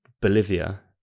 Bolivia